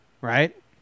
right